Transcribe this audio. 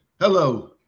Hello